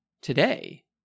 today